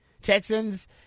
Texans